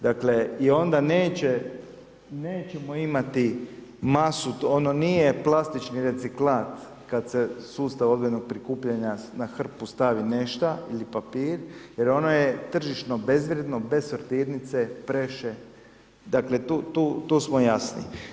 Dakle, i onda neće, nećemo imati masu, ono nije plastični reciklat kad se sustav odvojenog prikupljanja na hrpu stavi nešta ili papir jer ono je tržišno bezvrijedno bez sortirnice, preše, dakle tu smo jasni.